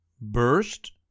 burst